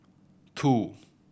two